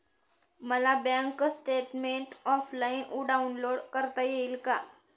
मला bank statement offline download करता येईल का?